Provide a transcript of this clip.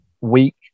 week